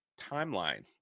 timeline